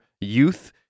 youth